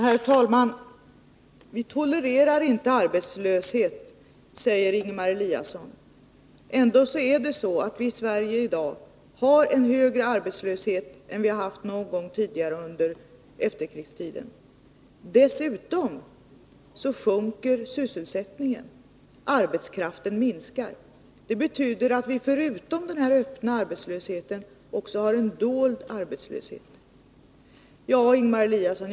Herr talman! Vi tolererar inte arbetslöshet, säger Ingemar Eliasson. Ändå har vi i Sverige i dag en högre arbetslöshet än vi har haft någon gång tidigare under efterkrigstiden. Dessutom sjunker sysselsättningen, vilket betyder att vi förutom den öppna arbetslösheten också har en dold arbetslöshet. Ingemar Eliasson!